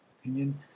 opinion